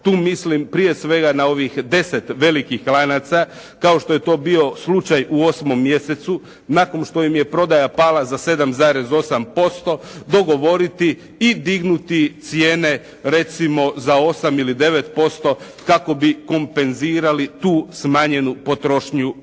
tu mislim prije svega na ovih 10 velikih lanaca, kao što je to bio slučaj u 8 mjesecu, nakon što im je prodaja pala za 7,8% dogovoriti i dignuti cijene recimo za 8 ili 9% kako bi kompenzirali tu smanjenju potrošnju građana.